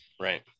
right